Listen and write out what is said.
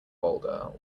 boulder